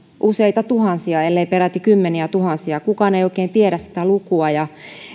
useita tuhansia ellei peräti kymmeniätuhansia kukaan ei oikein tiedä sitä lukua ja